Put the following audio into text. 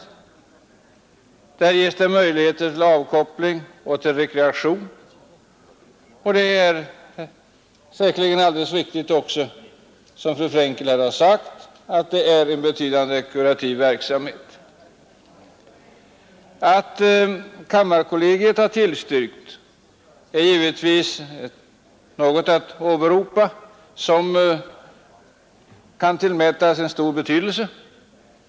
Där finns det möjligheter till avkoppling och rekreation. Det är säkerligen också alldeles riktigt som fru Frenkel här har sagt, att där bedrivs en betydande kurativ verksamhet. Att kammarkollegiet har tillstyrkt är givetvis något som kan åberopas och tillmätas stor betydelse.